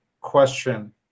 question